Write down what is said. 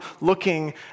looking